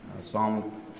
Psalm